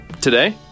Today